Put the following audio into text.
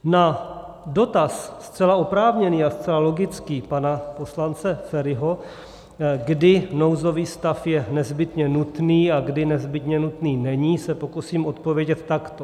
Na dotaz zcela oprávněný a zcela logický pana poslance Feriho, kdy nouzový stav je nezbytně nutný a kdy nezbytně nutný není, se pokusím odpovědět takto.